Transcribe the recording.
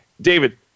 David